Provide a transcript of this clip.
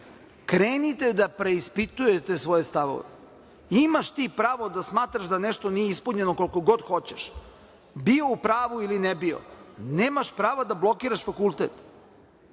krenite da preispitujete svoje stavove. Imaš ti pravo da smatraš da nešto nije ispunjeno, koliko god hoćeš, bio u pravu ili ne bio, ali nemaš pravo da blokiraš fakultet.